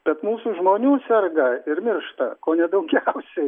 bet mūsų žmonių serga ir miršta kone daugiausiai